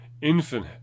Infinite